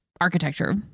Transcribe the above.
architecture